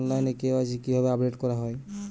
অনলাইনে কে.ওয়াই.সি কিভাবে আপডেট করা হয়?